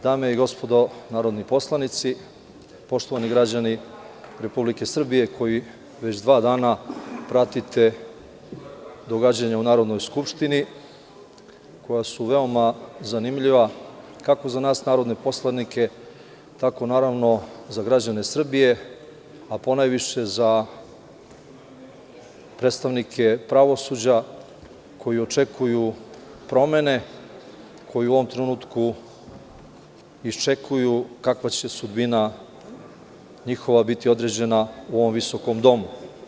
Dame i gospodo narodni poslanici, poštovani građani Republike Srbije koji već dva dana pratite događanja u Narodnoj skupštini koja su veoma zanimljiva, kako za nas narodne poslanike, tako naravno za građane Srbije, a ponajviše za predstavnike pravosuđa koji očekuju promene, koje u ovom trenutku iščekuju kakva će sudbina njihova biti određena u ovom visokom domu.